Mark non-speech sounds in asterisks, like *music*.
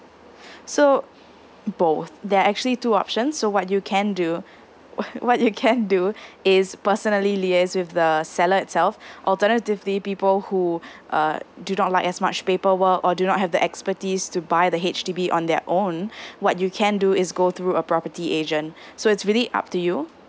so both there are actually two options so what you can do *laughs* what you can do is personally liaise with the seller itself alternatively people who uh do not like as much paperwork or do not have the expertise to buy the H_D_B on their own what you can do is go through a property agent so it's really up to you